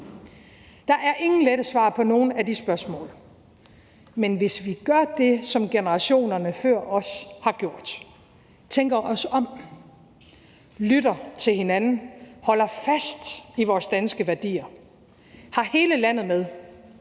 Der er ingen lette svar på nogen af de spørgsmål, men hvis vi gør det, som generationerne før os har gjort, tænker os om og lytter til hinanden, holder fast i vores danske værdier, har hele landet med